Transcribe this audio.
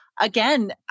again